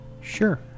Sure